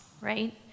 right